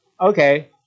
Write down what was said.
Okay